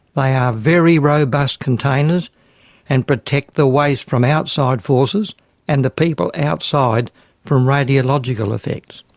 they are very robust containers and protect the waste from outside forces and the people outside from radiological effects.